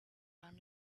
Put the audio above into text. run